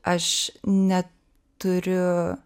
aš neturiu